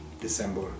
December